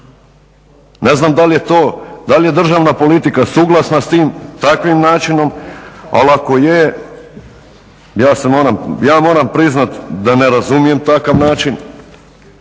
Ne znam da li je državna politika suglasna s tim takvim načinom, ali ako je ja moram priznati da ne razumijem takav način,